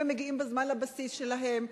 האם הם מגיעים בזמן לבסיס שלהם?